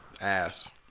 Ass